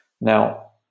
Now